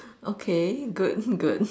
okay good good